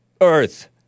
earth